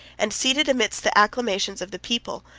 and seated, amidst the acclamations of the people,